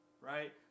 right